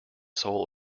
soul